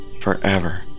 forever